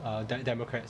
uh de~ democrats